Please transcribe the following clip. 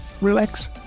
relax